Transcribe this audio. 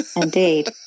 Indeed